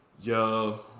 yo